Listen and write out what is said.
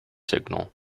signal